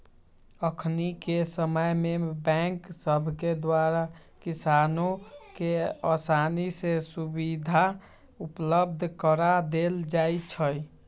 अखनिके समय में बैंक सभके द्वारा किसानों के असानी से सुभीधा उपलब्ध करा देल जाइ छइ